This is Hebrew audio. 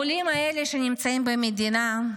העולים האלה שנמצאים במדינה,